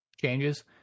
changes